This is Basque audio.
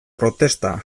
protesta